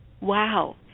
wow